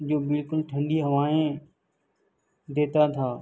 جو بالکل ٹھنڈی ہوائیں دیتا تھا